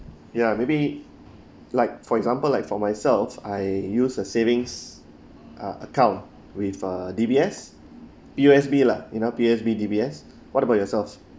ya maybe like for example like for myself I use a savings uh account with uh D_B_S P_O_S_B lah you know P_O_S_B D_B_S what about yourself